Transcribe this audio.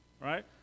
right